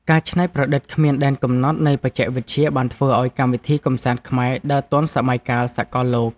ការច្នៃប្រឌិតគ្មានដែនកំណត់នៃបច្ចេកវិទ្យាបានធ្វើឱ្យកម្មវិធីកម្សាន្តខ្មែរដើរទាន់សម័យកាលសកលលោក។